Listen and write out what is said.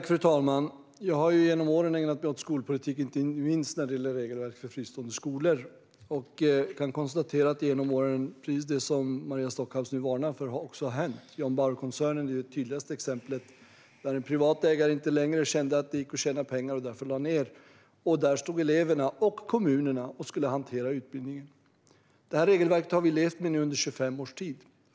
Fru talman! Jag har genom åren ägnat mig åt skolpolitik, inte minst när det gäller regelverk för fristående skolor, och kan konstatera att precis det som Maria Stockhaus nu varnar för har hänt. John Bauer-koncernen är det tydligaste exemplet - en privat ägare kände inte längre att det gick att tjäna pengar och lade därför ned. Kvar stod eleverna och kommunerna och skulle hantera utbildningen. Detta regelverk har vi nu levt med under 25 års tid.